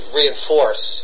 reinforce